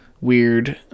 weird